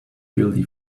guilty